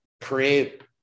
create